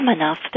enough